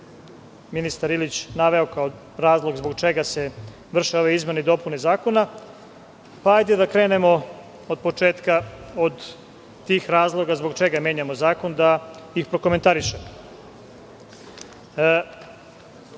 ministar Ilić naveo kao razlog zbog čega se vrše ove izmene i dopune zakona. Hajde da krenemo od početka, od tih razloga zbog čega menjamo zakon, da i prokomentarišemo. Kao